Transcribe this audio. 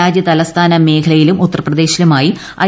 രാജൃ തലസ്ഥാന മേഖലയിലും ഉത്തർപ്രദേശിലുമായി ഐ